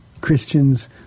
Christians